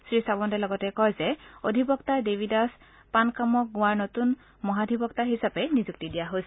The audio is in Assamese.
শ্ৰীচাৱন্তে লগতে জনায় যে অধিবক্তা দেৱী দাস পানকামক গোৱাৰ নতুন মহাধিবক্তা হিচাপে নিযুক্তি দিয়া হৈছে